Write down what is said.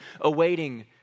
awaiting